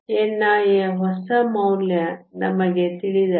ni ಯ ಹೊಸ ಮೌಲ್ಯ ನಮಗೆ ತಿಳಿದಿದೆ